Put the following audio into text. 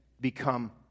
become